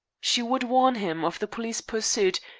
she would warn him of the police pursuit,